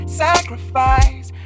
sacrifice